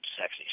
sexy